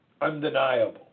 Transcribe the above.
undeniable